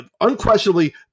unquestionably